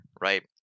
right